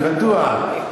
אני בטוח.